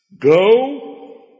Go